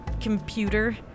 computer